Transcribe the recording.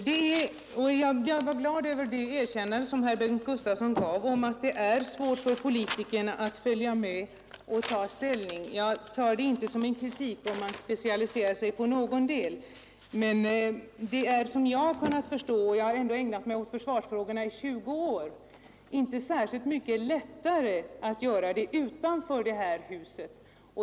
Jag är glad över det erkännande som herr Bengt Gustavsson gav att det är svårt för politikerna att följa med i detaljerna i försvarsfrågorna. Såvitt jag har kunnat förstå — och jag har ägnat mig åt försvarsfrågorna i 20 år — är det inte särskilt mycket lättare att göra det utanför det här huset.